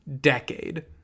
decade